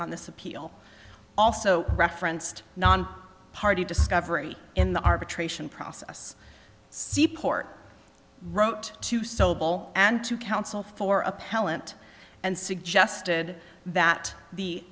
on this appeal also referenced non party discovery in the arbitration process seaport wrote to sobol and to counsel for appellant and suggested that the